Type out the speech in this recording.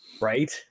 Right